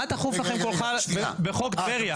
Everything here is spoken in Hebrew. מה דחוף לכם כל כך בחוק טבריה?